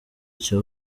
cya